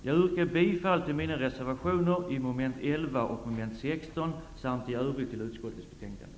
Jag yrkar bifall till mina reservationer när det gäller mom. 11 och mom. 16 samt i övrigt till hemställan i utskottets betänkande.